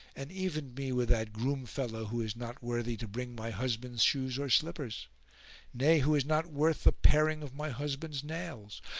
and evened me with that groom fellow who is not worthy to bring my husband's shoes or slippers nay who is not worth the paring of my husband's nails!